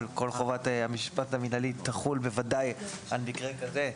כל חובת המשפט המינהלי תחול בוודאי על מקרה כזה,